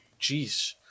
Jeez